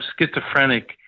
schizophrenic